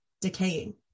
decaying